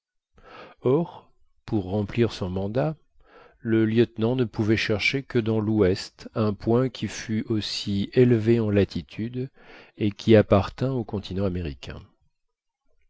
or pour remplir son mandat le lieutenant ne pouvait chercher que dans l'ouest un point qui fût aussi élevé en latitude et qui appartînt au continent américain